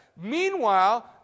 meanwhile